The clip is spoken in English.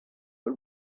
but